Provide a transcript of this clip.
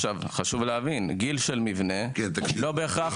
חשוב להבין שגיל המבנה לא בהכרח אומר --- לא,